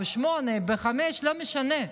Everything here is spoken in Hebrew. הצבעה, ב-08:00, ב-05:00, לא משנה.